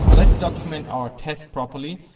let's document our test properly,